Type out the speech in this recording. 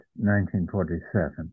1947